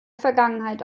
vergangenheit